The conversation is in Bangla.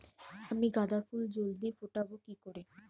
আমি গাঁদা ফুল জলদি ফোটাবো কি করে?